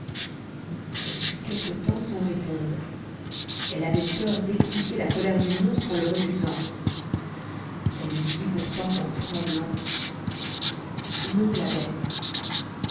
elle fut quelque tems sans répondre elle avait peur d'exciter la colère du monstre en le refusant elle lui dit pourtant en tremblant non la bête